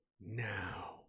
now